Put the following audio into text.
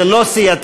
זה לא סיעתי,